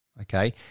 Okay